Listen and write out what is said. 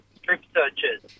strip-searches